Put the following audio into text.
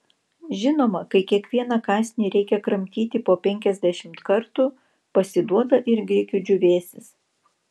žinoma kai kiekvieną kąsnį reikia kramtyti po penkiasdešimt kartų pasiduoda ir grikių džiūvėsis